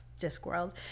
Discworld